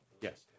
Yes